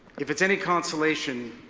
if it's any consolation,